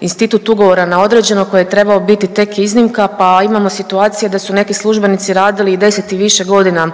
institut ugovora na određeno koji je trebao biti tek iznimka, pa imamo situacije da su neki službenici radili i 10 i više godina